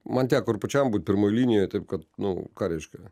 man teko ir pačiam būt pirmoj linijoj taip kad nu ką reiškia